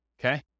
okay